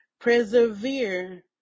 persevere